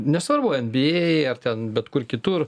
nesvarbu nba ar ten bet kur kitur